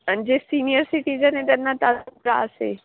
आणि जे senior citizen आहे त्यांना तर त्रास आहे